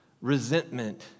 resentment